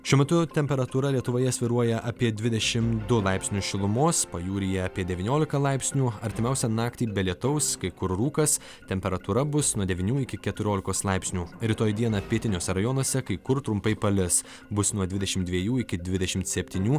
šiuo metu temperatūra lietuvoje svyruoja apie dvidešim du laipsnius šilumos pajūryje apie devyniolika laipsnių artimiausią naktį be lietaus kai kur rūkas temperatūra bus nuo devynių iki keturiolikos laipsnių rytoj dieną pietiniuose rajonuose kai kur trumpai palis bus nuo dvidešim dviejų iki dvidešimt septynių